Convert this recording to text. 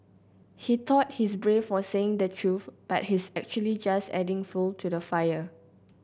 he thought he's brave for saying the truth but he is actually just adding fuel to the fire